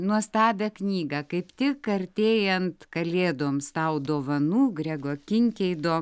nuostabią knygą kaip tik artėjant kalėdoms tau dovanų grego kinkeido